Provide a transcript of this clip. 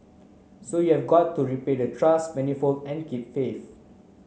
so you've got to repay the trust manifold and keep faith